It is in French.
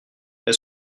est